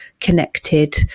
connected